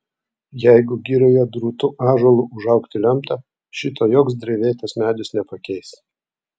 jeigu girioje drūtu ąžuolu užaugti lemta šito joks drevėtas medis nepakeis